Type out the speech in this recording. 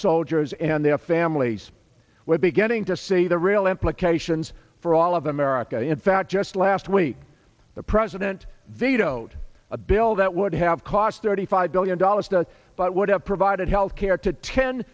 soldiers and their families were beginning to see the real implications for all of america in fact just last week the president vetoed a bill that would have cost thirty five billion dollars to but would have provided health care to ten